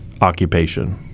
occupation